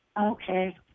Okay